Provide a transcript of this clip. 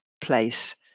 place